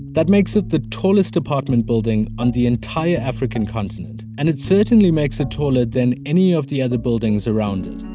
that makes it the tallest apartment building on the entire african continent, and it certainly makes it taller than any of the other buildings around it.